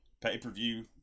pay-per-view